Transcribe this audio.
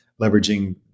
leveraging